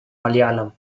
malayalam